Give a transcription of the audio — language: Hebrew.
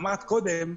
אמרת קודם,